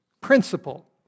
principle